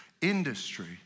industry